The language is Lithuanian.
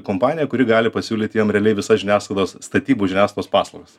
kompaniją kuri gali pasiūlyti jiem realiai visos žiniasklaidos statybų žiniasklaidos paslaugas